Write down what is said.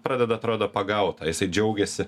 pradeda atrodo pagaut tą jisai džiaugiasi